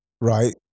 right